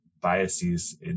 biases